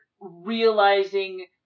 realizing